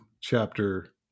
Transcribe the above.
chapter